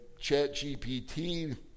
ChatGPT